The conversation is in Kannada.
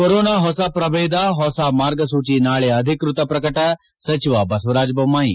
ಕೊರೋನಾ ಹೊಸ ಪ್ರದೇಧ ಹೊಸ ಮಾರ್ಗಸೂಚಿ ನಾಳೆ ಅಧಿಕೃತ ಪ್ರಕಟ ಸಚಿವ ಬಸವರಾಜ ಬೊಮ್ದಾಯಿ